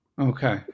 Okay